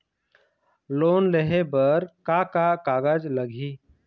Loan लेहे बर का का कागज लगही?